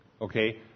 Okay